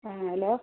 ہاں ہیلو